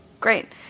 Great